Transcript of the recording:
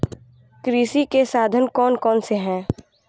कृषि के साधन कौन कौन से हैं?